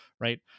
right